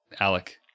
Alec